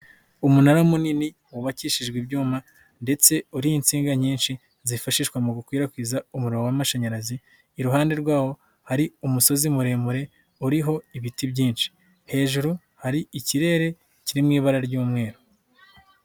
Umunara munini wubakishijwe ibyuma ndetse uriho insinga nyinshi, zifashishwa mu gukwirakwiza umuriro w'amashanyarazi, iruhande rwawo hari umusozi muremure uriho ibiti byinshi, hejuru hari ikirere kiri mu ibara ry'umweru.